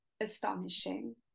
astonishing